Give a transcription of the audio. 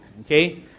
okay